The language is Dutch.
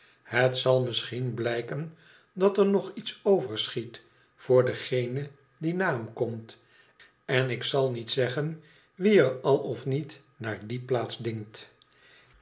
het zal misschien blijken dat er nog iets overschiet voor dengene die na hem komt én ik zal niet zeggen wie er al of niet naar die plaats dingt